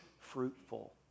fruitful